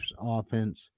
offense